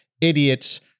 idiots